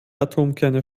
atomkerne